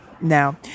Now